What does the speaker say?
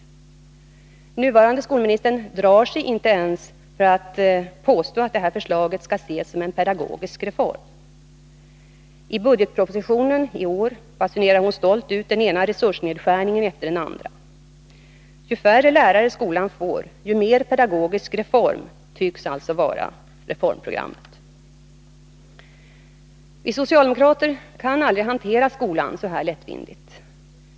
Nuvarande skolministern drar sig inte ens för att påstå att detta förslag skall ses som en pedagogisk reform. I budgetpropositionen basunerar hon stolt ut den ena resursnedskärningen efter den andra. Ju färre lärare skolan får, desto mer av pedagogisk reform — det är alltså den centerpartistiska skolministerns reformprogram. Vi socialdemokrater kan aldrig hantera skolan så lättvindigt.